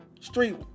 street